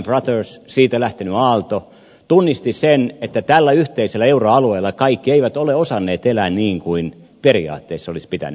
lehman brothersista lähtenyt aalto tunnisti sen että tällä yhteisellä euroalueella kaikki eivät ole osanneet elää niin kuin periaatteessa olisi pitänyt